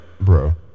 bro